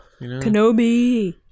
Kenobi